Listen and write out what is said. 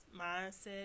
mindset